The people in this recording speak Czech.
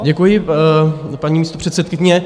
Děkuji, paní místopředsedkyně.